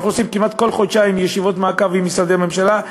אנחנו עושים כמעט כל חודשיים ישיבות מעקב עם משרדי ממשלה,